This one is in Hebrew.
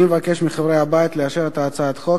אני מבקש מחברי הבית לאשר את הצעת החוק,